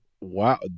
Wow